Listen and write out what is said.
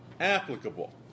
applicable